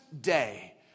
day